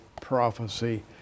prophecy